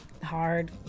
Hard